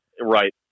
right